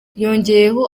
yongeyeho